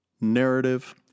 narrative